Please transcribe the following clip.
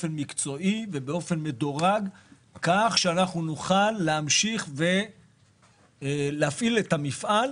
באופן מקצועי ובאופן מדורג כך שנוכל להמשיך ולהפעיל את המפעל.